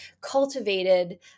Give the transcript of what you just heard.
cultivated